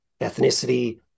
ethnicity